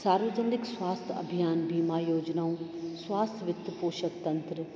सार्वजनिक स्वास्थ्य अभियान बीमा योजनाऊं स्वास्थ्य वित्र पोषक तंत्र